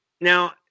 Now